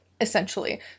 essentially